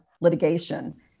litigation